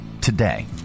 today